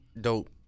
Dope